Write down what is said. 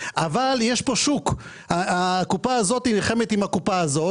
אבל הקופה הזאת נלחמת עם הקופה הזאת,